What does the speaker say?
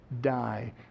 die